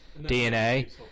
DNA